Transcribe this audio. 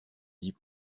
dit